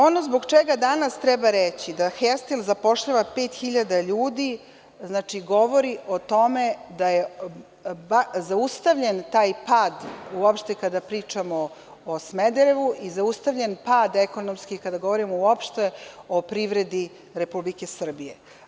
Ono zbog čega danas treba reći da „Hestil“ zapošljava pet hiljada ljudi govori o tome da je zaustavljen taj pad uopšte kada pričamo o Smederevu i zaustavljen pad ekonomski kada govorimo uopšte o privredi Republike Srbije.